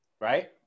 right